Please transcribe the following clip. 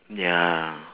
ya